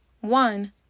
One